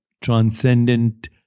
transcendent